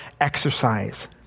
exercise